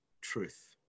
truth